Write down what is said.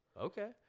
Okay